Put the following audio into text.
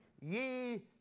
ye